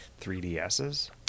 3DSs